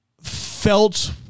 felt